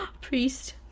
priest